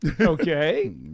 Okay